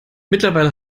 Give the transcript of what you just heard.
mittlerweile